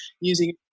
using